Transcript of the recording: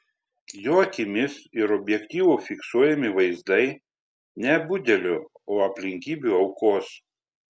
jo akimis ir objektyvu fiksuojami vaizdai ne budelio o aplinkybių aukos